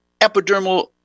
epidermal